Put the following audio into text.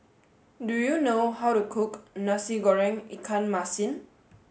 do you know how to cook Nasi Goreng Ikan Masin